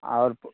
आओर पु